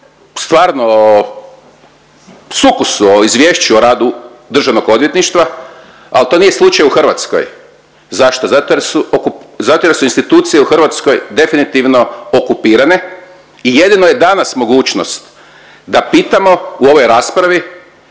stvarno o sukusu, o izvješću radu Državnog odvjetništva, ali to nije slučaj u Hrvatskoj. Zašto? Zato jer su institucije u Hrvatskoj definitivno okupirane i jedino je danas mogućnost da pitamo u ovoj raspravi